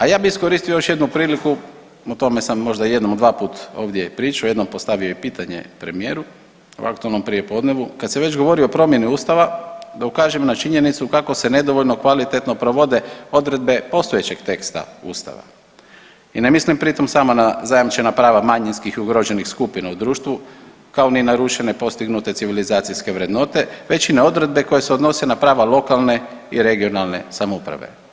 A ja bi iskoristio još jednu priliku, o tome sam možda jednom dvaput ovdje pričao, jednom postavio i pitanje premijeru na aktualnom prijepodnevu, kad se već govori o promjeni ustava da ukažem na činjenicu kako se nedovoljno kvalitetno provode odredbe postojećeg teksta ustava i ne mislim pri tom samo na zajamčena prava manjinskih i ugroženih skupina u društvu, kao ni narušene postignute civilizacijske vrednote već i na odredbe koje se odnose na prava lokalne i regionalne samouprave.